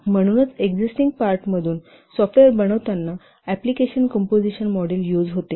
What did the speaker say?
म्हणूनच एक्सिस्टिंग पार्टपासून सॉफ्टवेअर बनवताना एप्लिकेशन कंपोजिशन मॉडेल यूज होते